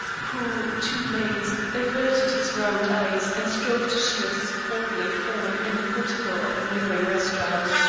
who, too late, averted his round eyes and strove to shield his portly form in the portico of a neighboring restaurant.